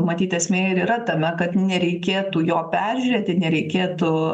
matyt esmė ir yra tame kad nereikėtų jo peržiūrėti nereikėtų